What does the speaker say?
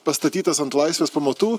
pastatytas ant laisvės pamatų